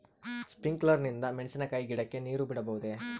Sprinkler ನಿಂದ ಮೆಣಸಿನಕಾಯಿ ಗಿಡಕ್ಕೆ ನೇರು ಬಿಡಬಹುದೆ?